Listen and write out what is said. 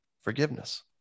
forgiveness